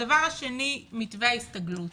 הדבר השני, מתווה ההסתגלות.